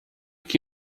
que